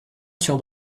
should